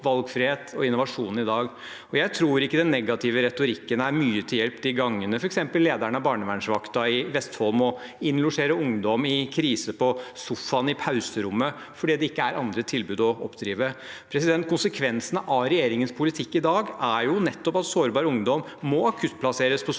valgfrihet og innovasjon i dag. Jeg tror ikke den negative retorikken er mye til hjelp f.eks. de gangene lederen av barnevernsvakten i Vestfold må innlosjere ungdom i krise på sofaen på pauserommet fordi det ikke er andre tilbud å oppdrive. Konsekvensene av regjeringens politikk i dag er jo nettopp at sårbar ungdom må akuttplasseres på